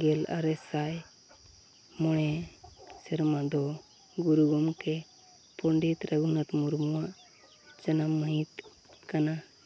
ᱜᱮᱞ ᱟᱨᱮ ᱥᱟᱭ ᱢᱚᱬᱮ ᱥᱮᱨᱢᱟ ᱫᱚ ᱜᱩᱨᱩ ᱜᱚᱢᱠᱮ ᱯᱚᱱᱰᱤᱛ ᱨᱚᱜᱷᱩᱱᱟᱛᱷ ᱢᱩᱨᱢᱩᱣᱟᱜ ᱡᱟᱱᱟᱢ ᱢᱟᱹᱦᱤᱛ ᱠᱟᱱᱟ